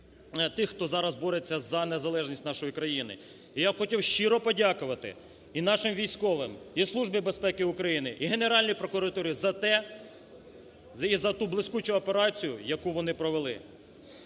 тих, хто зараз бореться за незалежність нашої країни. І я б хотів щиро подякувати, і нашим військовим, і Службі безпеки України, і Генеральній прокуратурі за те, і за ту блискучу операцію, яку вони провели.